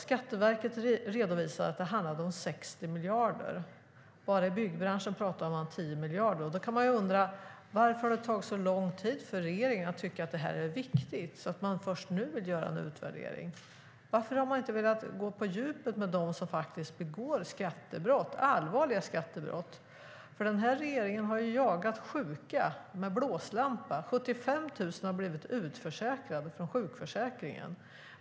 Skatteverket redovisar, som sagt, att det handlade om 60 miljarder. Bara i byggbranschen pratar man om 10 miljarder. Då kan man undra: Varför har det tagit så lång tid för regeringen att tycka att det här är viktigt? Det är först nu man vill göra en utvärdering. Varför har man inte velat gå på djupet när det gäller dem som begår allvarliga skattebrott? Den här regeringen har jagat sjuka med blåslampa. 75 000 har blivit utförsäkrade från sjukförsäkringen.